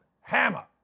Hammer